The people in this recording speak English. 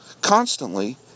constantly